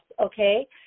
okay